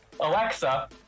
Alexa